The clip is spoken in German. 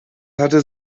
hatte